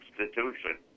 institution